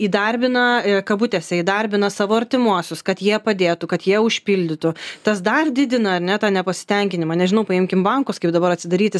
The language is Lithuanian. įdarbina kabutėse įdarbina savo artimuosius kad jie padėtų kad jie užpildytų tas dar didina ar ne tą nepasitenkinimą nežinau paimkim bankus kaip dabar atsidaryti